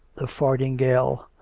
the fardingale,